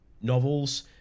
novels